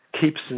keeps